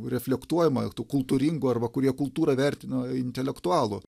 reflektuojama tų kultūringų arba kurie kultūrą vertina intelektualų